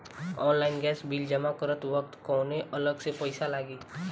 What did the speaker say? Online gas bill जमा करत वक्त कौने अलग से पईसा लागी?